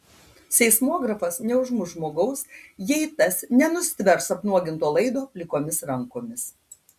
seismografas neužmuš žmogaus jeigu tas nenustvers apnuoginto laido plikomis rankomis